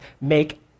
make